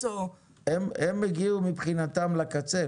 הם הגיעו, מבחינתם, לקצה.